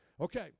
okay